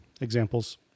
examples